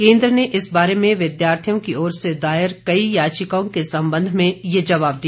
केन्द्र ने इस बारे में विद्यार्थियों की ओर से दायर कई याचिकाओं के संबंध में यह जवाब दिया